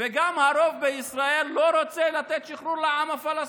וגם הרוב בישראל לא רוצה לתת שחרור לעם הפלסטיני,